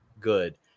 good